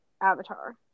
avatar